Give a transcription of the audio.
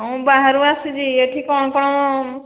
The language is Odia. ହଁ ବାହାରୁ ଆସିଛି ଏଠି କ'ଣ କ'ଣ